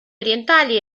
orientali